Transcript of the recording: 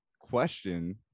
question